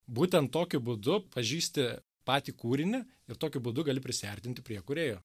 būtent tokiu būdu pažįsti patį kūrinį ir tokiu būdu gali prisiartinti prie kūrėjo